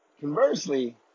Conversely